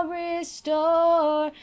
restore